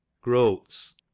Groats